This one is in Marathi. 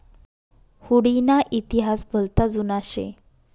हुडी ना इतिहास भलता जुना शे